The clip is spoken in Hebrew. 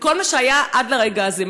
ואת כל מה שהיה עד לרגע הזה.